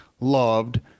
loved